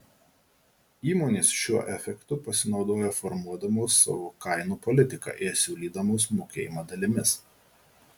įmonės šiuo efektu pasinaudoja formuodamos savo kainų politiką ir siūlydamos mokėjimą dalimis